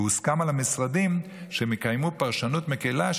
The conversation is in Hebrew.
והוסכם על המשרדים שהם יקיימו פרשנות מקילה,